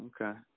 Okay